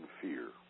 fear